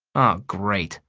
oh great,